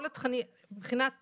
מבחינת תכנית,